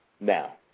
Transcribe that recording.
Now